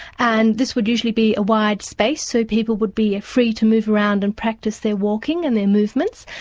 and this would usually be a wide space, so people would be free to move around and practice their walking and their movements,